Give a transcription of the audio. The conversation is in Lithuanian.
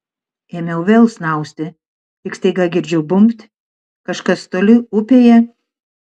ėmiau vėl snausti tik staiga girdžiu bumbt kažkas toli upėje